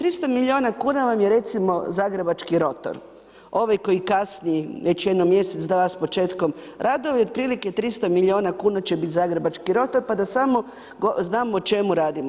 300 milijuna kuna vam je recimo, zagrebački rotor, ovaj koji kasni već jedno mjesec dana s početkom radova i otprilike 300 milijuna kuna će biti zagrebački rotor pa da samo znamo o čemu radimo.